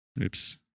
oops